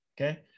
Okay